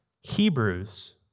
Hebrews